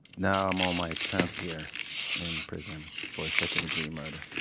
now i'm on my tenth year in prison for second degree murder